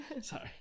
sorry